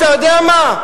אתה יודע מה,